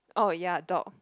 oh ya dog